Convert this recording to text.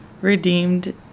redeemed